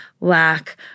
lack